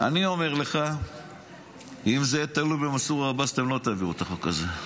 אני אומר לך שאם זה יהיה תלוי במנסור עבאס אתם לא תעבירו את החוק הזה.